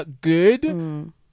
good